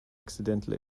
accidental